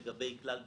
לגבי כלל ביטוח.